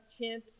chimps